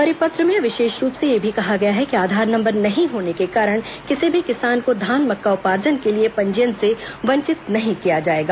परिपत्र में विशेष रूप से यह भी कहा गया है कि आधार नम्बर नहीं होने के कारण किसी भी किसान को धान मक्का उपार्जन के लिए पंजीयन से वंचित नहीं किया जाएगा